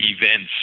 events